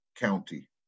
county